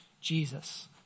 Jesus